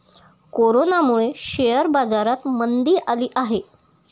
कोरोनामुळे शेअर बाजारात मंदी आली आहे